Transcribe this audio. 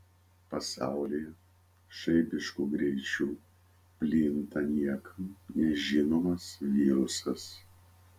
pasaulyje žaibišku greičiu plinta niekam nežinomas virusas